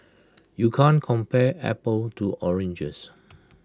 you can't compare apples to oranges